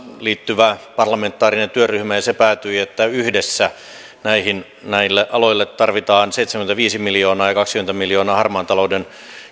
liittyvä parlamentaarinen työryhmä ja se päätyi siihen että yhdessä näille aloille tarvitaan seitsemänkymmentäviisi miljoonaa ja kaksikymmentä miljoonaa harmaan talouden